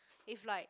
if like